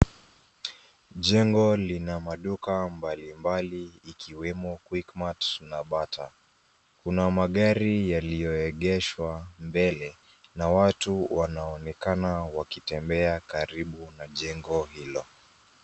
Jengo lina maduka mbalimbali ikiwemo Quickmatt na Bata. Kuna magari yaliyoegeshwa mbele na watu wanaonekana wakitembea karibu na jengo hilo.